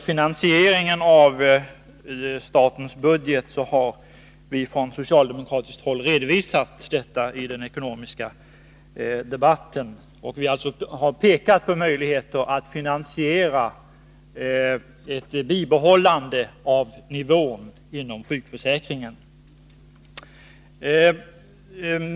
Fru talman! Från socialdemokratiskt håll har vi i den ekonomiska debatten pekat på möjligheter att finansiera ett bibehållande av nivån inom sjukförsäkringen.